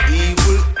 evil